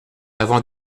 avant